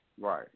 Right